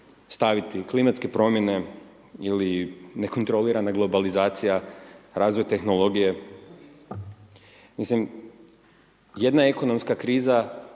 staviti klimatske promjene ili nekontrolirana globalizacija, razvoj tehnologije. Mislim, jedna ekonomska kriza